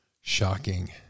Shocking